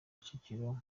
kicukiro